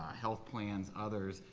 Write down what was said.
health plans, others,